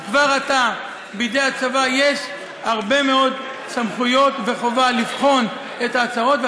כי כבר עתה בידי הצבא יש הרבה מאוד סמכויות וחובה לבחון את ההצהרות,